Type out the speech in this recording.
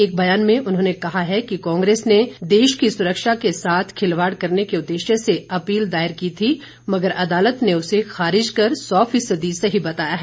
एक ब्यान में उन्होंने कहा है कि कांग्रेस ने देश की सुरक्षा के साथ खिलवाड़ करने के उदेश्य से अपील दायर की थी मगर अदालत ने उसे खारिज कर सौ फीसदी सही बताया है